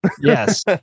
Yes